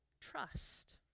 trust